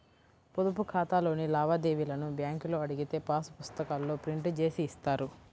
పొదుపు ఖాతాలోని లావాదేవీలను బ్యేంకులో అడిగితే పాసు పుస్తకాల్లో ప్రింట్ జేసి ఇస్తారు